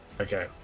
Okay